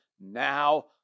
now